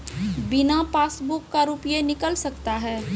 बिना पासबुक का रुपये निकल सकता हैं?